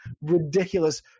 ridiculous